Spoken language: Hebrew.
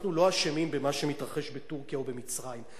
אנחנו לא אשמים במה שמתרחש בטורקיה ובמצרים,